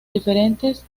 diferentes